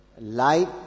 Light